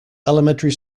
elementary